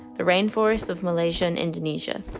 the rainforests of malaysia and indonesia,